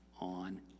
on